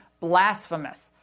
blasphemous